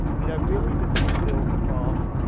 you know, really this was built from,